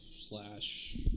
slash –